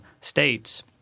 states